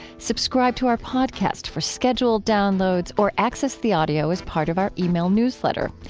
subscribe to our podcast for scheduled downloads or access the audio as part of our um e-mail newsletter.